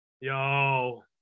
Yo